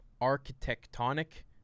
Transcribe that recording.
architectonic